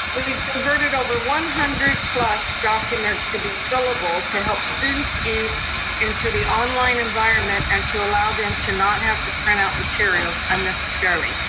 we've converted over one hundred plus documents to be fillable to help student's ease into the online environment, and to allow them to not have to print out materials unnecessarily.